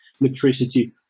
electricity